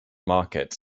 markets